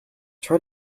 try